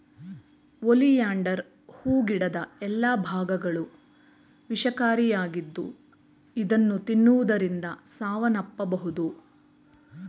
oleander ಹೂ ಗಿಡದ ಎಲ್ಲಾ ಭಾಗಗಳು ವಿಷಕಾರಿಯಾಗಿದ್ದು ಇದನ್ನು ತಿನ್ನುವುದರಿಂದ ಸಾವನ್ನಪ್ಪಬೋದು